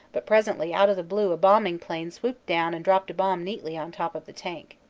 but presently out of the blue a bombing plane swooped down and dropped a bomb neatly on top of the tank.